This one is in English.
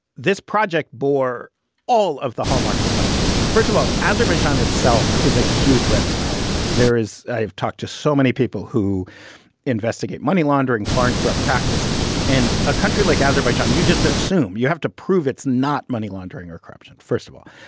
this project bore all of the hallmarks of money laundering. first of all, azerbaijan itself is a huge red flag. there is i've talked to so many people who investigate money laundering, foreign corrupt practices, and a country like azerbaijan, you just assume you have to prove it's not money laundering or corruption. first of all,